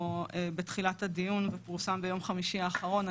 בתחילת הדיון ופורסם ביום חמישי האחרון.